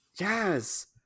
yes